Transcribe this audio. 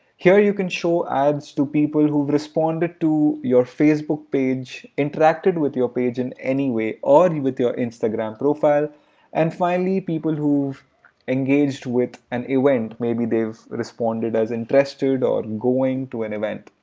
here you can show ads to people who responded to your facebook page interacted with your page in any way or with your instagram profile and finally people who engaged with an event maybe they've responded as interested or going to an event.